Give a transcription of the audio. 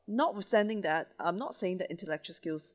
notwithstanding that I'm not saying that intellectual skills